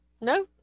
no